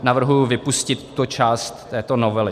Navrhuji vypustit tu část této novely.